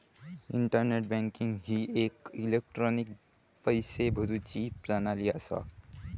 internet banking ही एक electronic पैशे भरुची प्रणाली असा